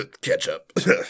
ketchup